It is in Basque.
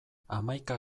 hamaika